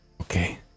Okay